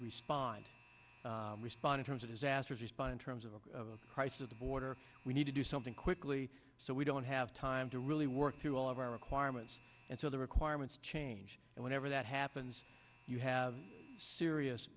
respond respond terms of disasters respond in terms of the price of the border we need to do something quickly so we don't have time to really work through all of our requirements and so the requirements change and whenever that happens you have serious